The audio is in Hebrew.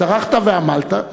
טרחת ועמלת,